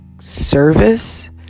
service